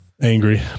angry